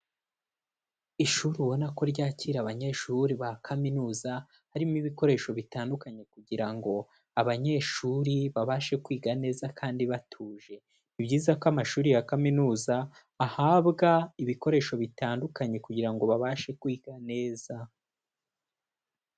Ishuri ubona ko ryakira abanyeshuri ba kaminuza, harimo ibikoresho bitandukanye kugira ngo abanyeshuri babashe kwiga neza kandi batuje, ni byiza ko amashuri ya kaminuza ahabwa ibikoresho bitandukanye kugira ngo babashe kwiga neza.